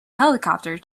helicopter